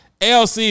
ALC